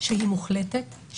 שהיא מוחלטת,